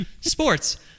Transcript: Sports